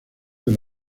del